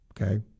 okay